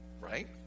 Right